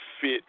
fit